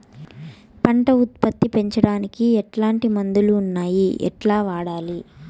పంట ఉత్పత్తి పెంచడానికి ఎట్లాంటి మందులు ఉండాయి ఎట్లా వాడల్ల?